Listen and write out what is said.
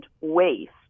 waste